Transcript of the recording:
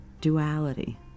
duality